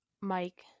Mike